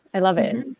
i love it.